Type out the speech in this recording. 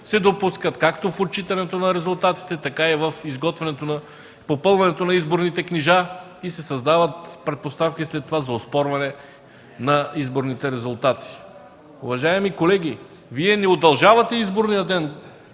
се допускат както в прочитането на резултатите, така и при изготвянето и попълването на изборните книжа и се създават предпоставки след това за оспорване на изборните резултати. Уважаеми колеги, Вие не удължавате изборния ден,